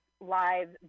live